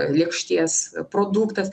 lėkštės produktas